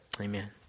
Amen